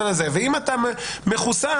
אבל אם אתה מחוסן,